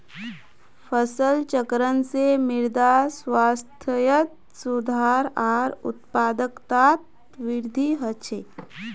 फसल चक्रण से मृदा स्वास्थ्यत सुधार आर उत्पादकतात वृद्धि ह छे